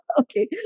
Okay